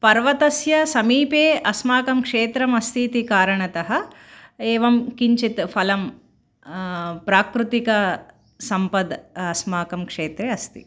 पर्वतस्य समीपे अस्माकं क्षेत्रमस्ति इति कारणतः एवं किञ्चित् फलं प्राकृतिकसम्पद् अस्माकं क्षेत्रे अस्ति